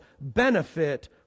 benefit